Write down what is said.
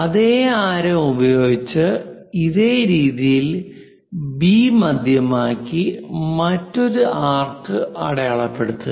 അതേ ആരം ഉപയോഗിച്ച് ഇതേ രീതിയിൽ ബി മധ്യമാക്കി മറ്റൊരു ആർക്ക് അടയാളപ്പെടുത്തുക